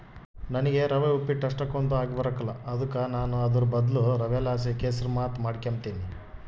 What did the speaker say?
ನನಿಗೆ ರವೆ ಉಪ್ಪಿಟ್ಟು ಅಷ್ಟಕೊಂದ್ ಆಗಿಬರಕಲ್ಲ ಅದುಕ ನಾನು ಅದುರ್ ಬದ್ಲು ರವೆಲಾಸಿ ಕೆಸುರ್ಮಾತ್ ಮಾಡಿಕೆಂಬ್ತೀನಿ